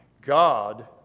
God